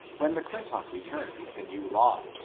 when m'clintock returned with the new law,